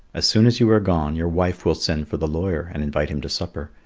as soon as you are gone your wife will send for the lawyer and invite him to supper.